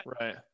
right